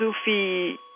Sufi